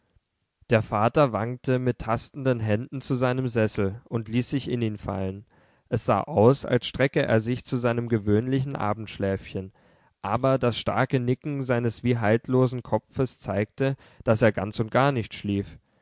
das vater wankte mit tastenden händen zu seinem sessel und ließ sich in ihn fallen es sah aus als strecke er sich zu seinem gewöhnlichen abendschläfchen aber das starke nicken seines wie haltlosen kopfes zeigte daß er ganz und gar nicht schlief